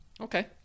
okay